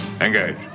Engage